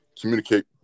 communicate